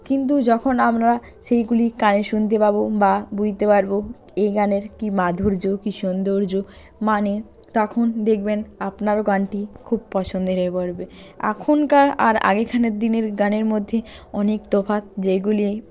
কিন্তু যখন আমরা সেইগুলি কানে শুনতে পাবো বা বুঝতে পারবো এই গানের কী মাধুর্য কী সৌন্দর্য মানে তখন দেখবেন আপনারও গানটি খুব পছন্দের হয়ে পড়বে এখনকার আর আগেখানের দিনের গানের মধ্যে অনেক তফাত যেগুলি